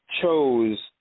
chose